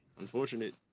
unfortunate